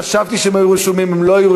חשבתי שהם היו רשומים,